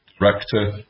director